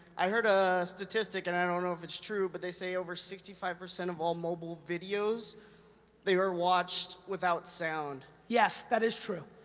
i heard a statistic, and i don't know if it's true but they say over sixty five percent of all mobile videos they are watched without sound? yes, that is true.